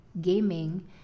gaming